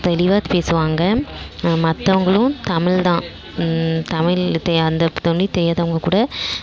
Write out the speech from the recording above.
தெளிவாக பேசுவாங்க மற்றவங்களும் தமிழ் தான் தமிழ் தெ அந்த தமிழ் தெரியாதவங்க கூட